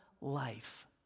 life